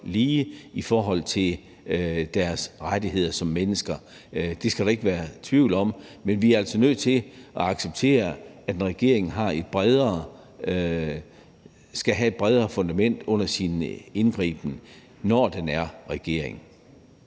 lige i forhold til deres rettigheder som mennesker. Det skal der ikke være tvivl om. Men vi er altså nødt til at acceptere, at en regering skal have et bredere fundament under sin indgriben, når den er regering.